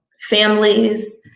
families